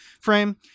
frame